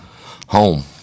Home